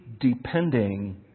depending